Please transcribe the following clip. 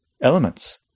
elements